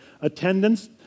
attendance